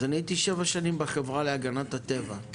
אני הייתי שבע שנים בחברה להגנת הטבע,